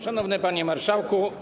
Szanowny Panie Marszałku!